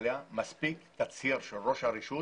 אלא מספיק תצהיר של ראש הרשות